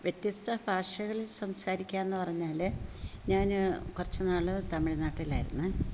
വ്യത്യസ്ത ഭാഷകളിൽ സംസാരിക്കുക എന്ന് പറഞ്ഞാൽ ഞാൻ കുറച്ച് നാൾ തമിഴ്നാട്ടിലായിരുന്നു